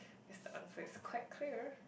guess the answer is quite clear